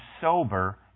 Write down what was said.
sober